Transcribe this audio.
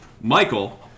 michael